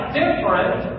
different